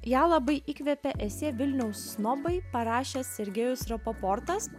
ją labai įkvėpė esė vilniaus snobai parašęs sergėjus rapoportas